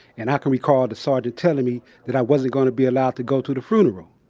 and i can recall the sergeant telling me that i wasn't going to be allowed to go to the funeral.